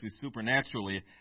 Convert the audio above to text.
supernaturally